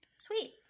sweet